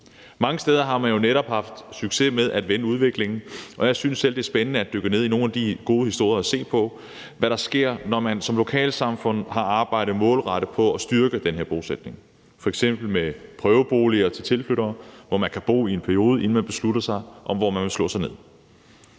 Mange steder har man jo netop haft succes med at vende udviklingen, og jeg synes selv, det er spændende at dykke ned i nogle af de gode historier og se på, hvad der sker, når man som lokalsamfund har arbejdet målrettet på at styrke den her bosætning. Det gælder f.eks. prøveboliger til tilflyttere, hvor man kan bo i en periode, inden man beslutter sig for, hvor man vil slå sig ned.